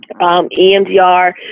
EMDR